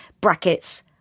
brackets